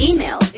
Email